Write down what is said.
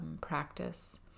practice